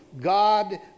God